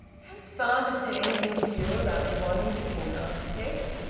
has father said anything to you about me wanting to be an architect?